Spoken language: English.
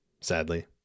sadly